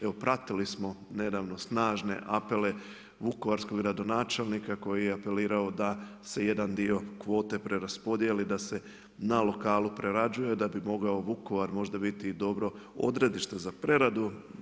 Evo pratili smo nedavno snažne apele vukovarskog gradonačelnika koji je apelirao da se jedan dio kvote preraspodjeli, da se na lokalu prerađuje da bi mogao Vukovar možda biti dobro odredište za preradu.